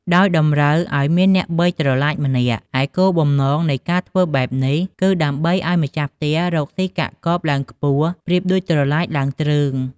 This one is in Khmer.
ដោយតម្រូវឲ្យមានអ្នកបីផ្លែត្រឡាចម្នាក់ ឯគោលបំណងនៃការធ្វើបែបនេះគឺ ដើម្បីឲ្យម្ចាស់ផ្ទះរកស៊ីកាក់កបឡើងខ្ពស់ប្រៀបដូចត្រឡាចឡើងទ្រើង ។